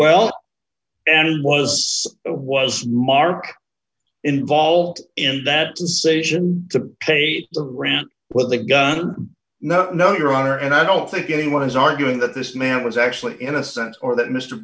well and was was mark involved in that decision to pay the rent with a gun no no your honor and i don't think anyone is arguing that this man was actually innocent or that mr